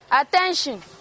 Attention